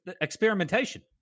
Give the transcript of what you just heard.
experimentation